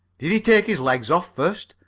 did he take his legs off first?